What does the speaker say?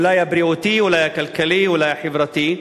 אולי הבריאותי, אולי הכלכלי, אולי החברתי,